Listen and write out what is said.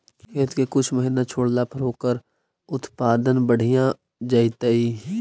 खेत के कुछ महिना छोड़ला पर ओकर उत्पादन बढ़िया जैतइ?